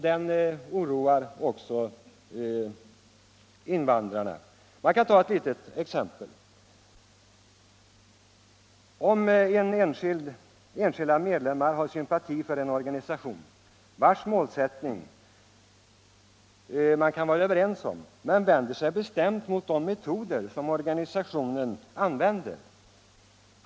Den oroar vidare invandrarna. Låt mig ta ett litet exempel. Enskilda medlemmar av en organisation kan ha sympati för organisationens målsättning men kan samtidigt vända sig bestämt mot de metoder som den använder.